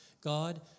God